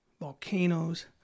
volcanoes